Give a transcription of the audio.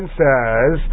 says